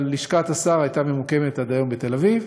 אבל לשכת השר הייתה ממוקמת עד היום בתל אביב.